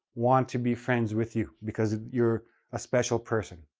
want to be friends with you, because you're a special person,